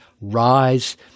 rise